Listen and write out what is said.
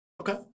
Okay